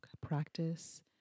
practice